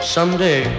Someday